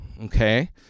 Okay